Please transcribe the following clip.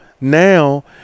now